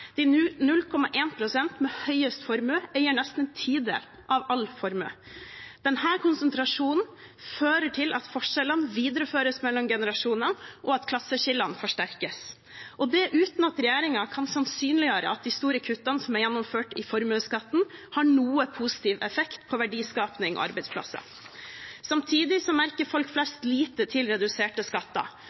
De 0,1 pst. med høyest formue eier nesten en tidel av all formue. Denne konsentrasjonen fører til at forskjellene videreføres mellom generasjoner, og at klasseskillene forsterkes, og det uten at regjeringen kan sannsynliggjøre at de store kuttene som er gjennomført i formuesskatten, har noen positiv effekt på verdiskaping og arbeidsplasser. Samtidig merker folk flest lite til reduserte skatter.